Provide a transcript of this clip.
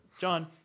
John